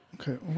Okay